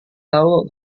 tahu